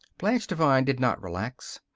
blanche devine did not relax.